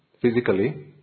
physically